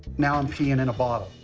now i'm peeing in a bottle?